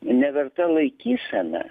neverta laikysena